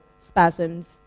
spasms